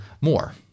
more